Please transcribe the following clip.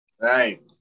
Right